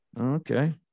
Okay